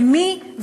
למי,